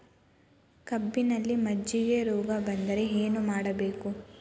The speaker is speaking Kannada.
ಕಬ್ಬಿನಲ್ಲಿ ಮಜ್ಜಿಗೆ ರೋಗ ಬಂದರೆ ಏನು ಮಾಡಬೇಕು?